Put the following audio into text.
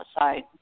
outside